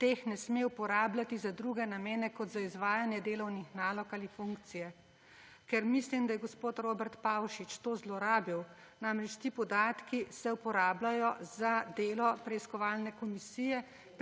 teh ne sme uporabljati za druge namene kot za izvajanje delovnih nalog ali funkcije.« Ker mislim, da je gospod Robert Pavšič to zlorabil, namreč ti podatki se uporabljajo za delo preiskovalne komisije,